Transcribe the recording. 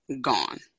gone